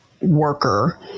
worker